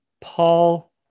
Paul